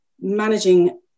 managing